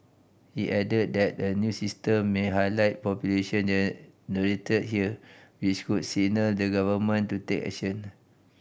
he added that a new system may highlight pollution generate here which could signal the Government to take action